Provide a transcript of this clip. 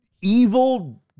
evil